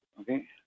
Okay